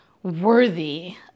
worthy